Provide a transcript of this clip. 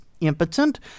impotent